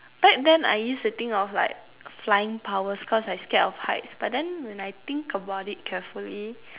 back then I used to think of like flying powers cause I scared of heights but then when I think about it carefully